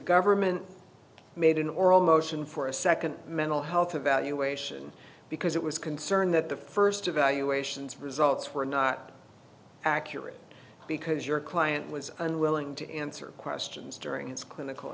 government made an oral motion for a second mental health evaluation because it was concerned that the first evaluations results were not accurate because your client was unwilling to answer questions during its clinical